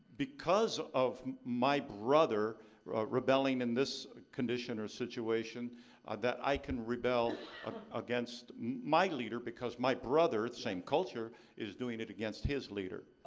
because of my brother rebelling in this condition or situation that i can rebel against my leader because my brother same culture is doing it against his leader. ah,